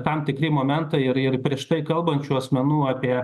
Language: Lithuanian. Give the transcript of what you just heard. tam tikri momentai ir ir prieš tai kalbančių asmenų apie